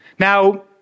Now